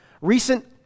recent